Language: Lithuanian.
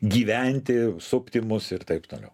gyventi supti mus ir taip toliau